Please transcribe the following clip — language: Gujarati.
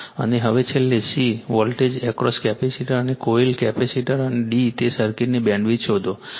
અને હવે છેલ્લો c વોલ્ટેજ એક્રોસ કેપેસિટર અને કોઇલ કેપેસિટર અને અને d એ સર્કિટની બેન્ડવિડ્થ શોધો